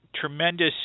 Tremendous